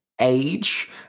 age